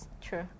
True